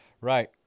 right